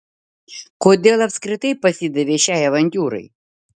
kodėl apskritai pasidavei šiai avantiūrai